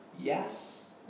Yes